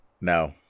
No